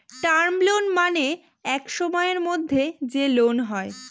term loan মানে এক সময়ের মধ্যে যে লোন হয়